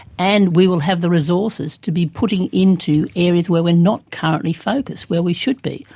and we will have the resources to be putting into areas where we are not currently focused where we should be.